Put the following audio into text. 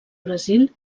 brasil